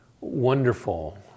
wonderful